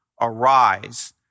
arise